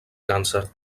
càncer